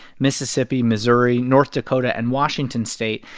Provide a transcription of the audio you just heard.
mississippi, missouri, north dakota and washington state.